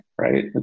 right